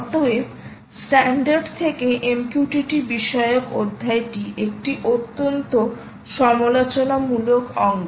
অতএব স্ট্যান্ডার্ড থেকে MQTT বিষয়ক অধ্যায়টি একটি অত্যন্ত সমালোচনামূলক অঙ্গ